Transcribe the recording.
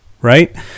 right